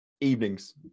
evenings